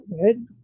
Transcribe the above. good